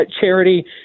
Charity